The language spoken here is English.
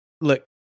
Look